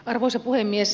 arvoisa puhemies